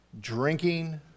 drinking